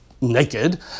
naked